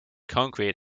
concrete